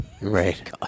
Right